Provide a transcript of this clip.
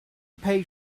paid